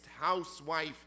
housewife